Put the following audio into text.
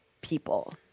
people